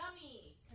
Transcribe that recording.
Yummy